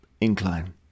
incline